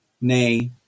nay